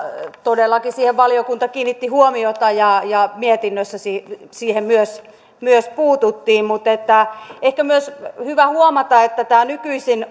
todellakin siihen valiokunta kiinnitti huomiota ja ja mietinnössä siihen siihen myös myös puututtiin mutta ehkä on myös hyvä huomata että tämä nykyisin